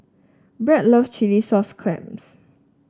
Brad loves Chilli Sauce Clams